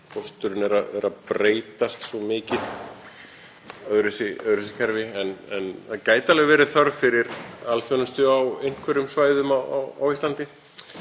Pósturinn er að breytast svo mikið, það er öðruvísi kerfi. En það gæti alveg verið þörf fyrir alþjónustu á einhverjum svæðum á Íslandi